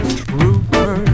trooper